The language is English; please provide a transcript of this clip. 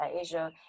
Asia